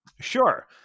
Sure